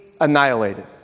annihilated